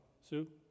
Sue